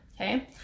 Okay